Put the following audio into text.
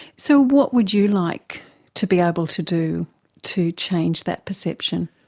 so what would you like to be able to do to change that perception?